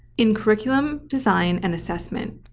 in curriculum design and assessment,